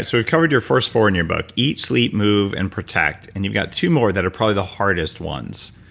so we covered your first four in your book, eat, sleep, move, and protect. and you've got two more that are probably the hardest ones.